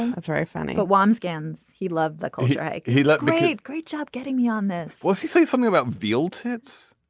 that's very funny but once again so he loved the call he like he loved became great job getting me on this well he saying something about veal tits.